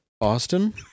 Austin